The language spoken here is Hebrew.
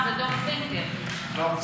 זה דוח, בסדר.